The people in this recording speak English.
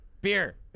beer